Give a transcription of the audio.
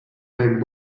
red